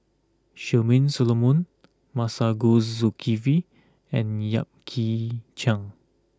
Charmaine Solomon Masagos Zulkifli and Yap Ee Chian